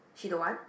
she don't want